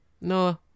No